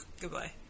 goodbye